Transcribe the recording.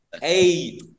hey